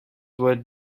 worth